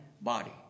body